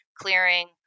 clearing